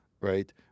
right